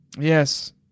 Yes